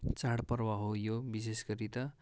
चाडपर्व हो यो विशेष गरी त